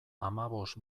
hamabost